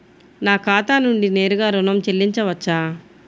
నా ఖాతా నుండి నేరుగా ఋణం చెల్లించవచ్చా?